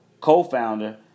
co-founder